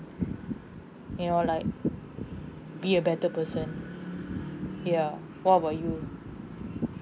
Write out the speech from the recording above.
you know like be a better person ya what about you